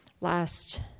last